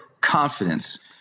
confidence